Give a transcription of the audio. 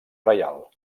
reial